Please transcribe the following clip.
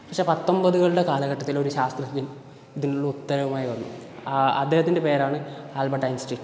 പക്ഷെ പത്തൊമ്പതുകളുടെ കാലഘട്ടത്തിൽ ഒരു ശാസ്ത്രജ്ഞൻ ഇതിനുള്ള ഉത്തരമായി വന്നു ആ അദ്ദേഹത്തിൻ്റെ പേരാണ് ആൽബർട്ട് ഐൻസ്റ്റീൻ